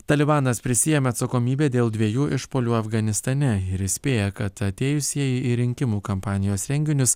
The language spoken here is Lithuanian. talibanas prisiėmė atsakomybę dėl dviejų išpuolių afganistane ir įspėja kad atėjusieji į rinkimų kampanijos renginius